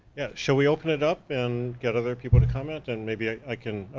yeah, shall we open it up and get other people to comment, and maybe i can, oh,